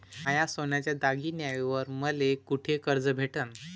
माया सोन्याच्या दागिन्यांइवर मले कुठे कर्ज भेटन?